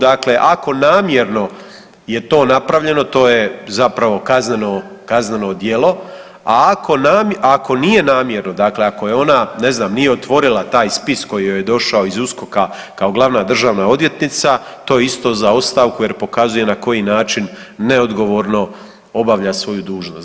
Dakle, ako namjerno je to napravljeno, to je zapravo kazneno , kazneno djelo, a ako nije namjerno, dakle ako je ona, ne znam nije otvorila taj spis koji joj je došao iz USKOK-a kao Glavna državna odvjetnica, to je isto za ostavku jer pokazuje na koji način neodgovorno obavlja svoju dužnost.